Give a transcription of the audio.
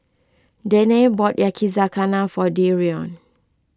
Danae bought Yakizakana for Dereon